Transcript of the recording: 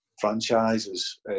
franchises